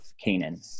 Canaan